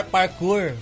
Parkour